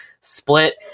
split